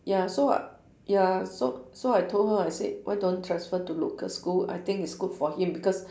ya so I ya so so I told her I said why don't transfer to local school I think it's good for him because